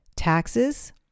taxes